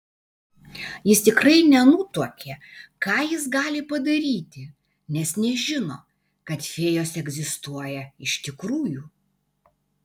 jis tikrai nenutuokė ką jis gali padaryti nes nežino kad fėjos egzistuoja iš tikrųjų